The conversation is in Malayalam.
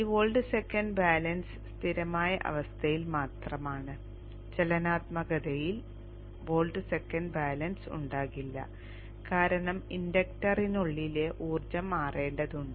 ഈ വോൾട്ട് സെക്കൻഡ് ബാലൻസ് സ്ഥിരമായ അവസ്ഥയിൽ മാത്രമാണ് ചലനാത്മകതയിൽ വോൾട്ട് സെക്കൻഡ് ബാലൻസ് ഉണ്ടാകില്ല കാരണം ഇൻഡക്ടറിനുള്ളിലെ ഊർജ്ജം മാറേണ്ടതുണ്ട്